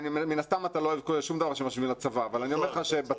מן הסתם אתה לא אוהב שום דבר שמשווים לצבא אבל אני אומר לך שבצבא,